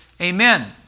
Amen